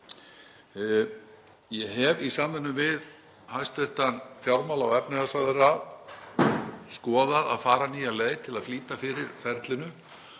Ég hef í samvinnu við hæstv. fjármála- og efnahagsráðherra skoðað að fara nýjar leið til að flýta fyrir ferlinu